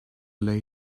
lay